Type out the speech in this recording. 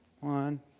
One